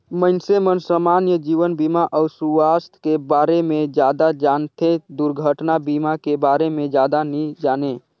मइनसे मन समान्य जीवन बीमा अउ सुवास्थ के बारे मे जादा जानथें, दुरघटना बीमा के बारे मे जादा नी जानें